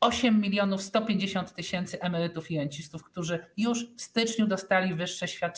8150 tys. emerytów i rencistów, którzy już w styczniu dostali wyższe świadczenia.